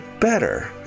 better